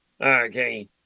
Okay